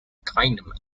keinem